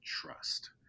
trust